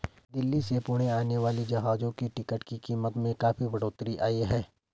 दिल्ली से पुणे आने वाली जहाजों की टिकट की कीमत में काफी बढ़ोतरी आई है